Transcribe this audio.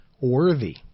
worthy